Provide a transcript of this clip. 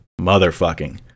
motherfucking